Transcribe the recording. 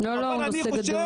אבל אני חושב -- לא,